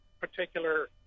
particular